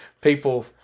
people